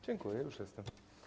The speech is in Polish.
Dziękuję, już jestem.